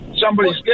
somebody's